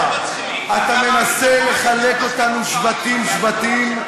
אתה מנסה לחלק אותנו שבטים-שבטים,